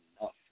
enough